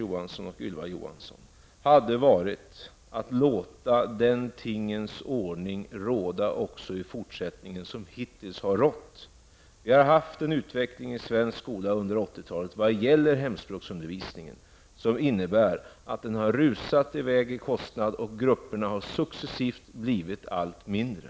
Johansson, hade varit att också i fortsättningen låta den tingens ordning råda som hittills har rått. Vi har vad gäller hemspråksundervisningen haft en utveckling inom svensk skola under 80-talet där kostnaderna har rusat iväg och där grupperna successivt har blivit allt mindre.